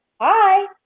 Hi